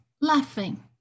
laughing